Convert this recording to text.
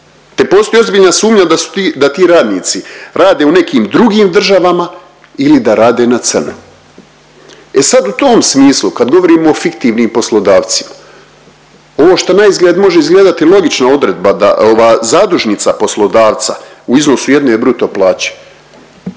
te postoji ozbiljna sumnja da su ti, da ti radnici rade u nekim drugim državama ili da rade na crno. E sad u tom smislu kad govorimo o fiktivnim poslodavcima, ovo šta naizgled može izgledati logična odredba da, ova zadužnica poslodavca u iznosu jedne bruto plaće,